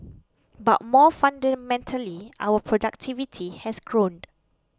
but more fundamentally our productivity has grown